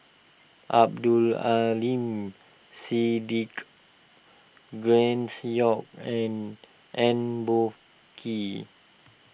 Abdul Aleem Siddique Grace Young and Eng Boh Kee